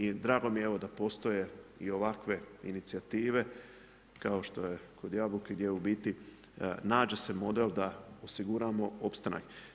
I drago mi je da postoje i ovakve inicijative, kao što je kod jabuke, gdje u biti nađe se model da osiguramo opstanak.